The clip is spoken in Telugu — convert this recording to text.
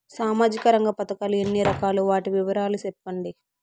సామాజిక రంగ పథకాలు ఎన్ని రకాలు? వాటి వివరాలు సెప్పండి